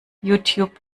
youtube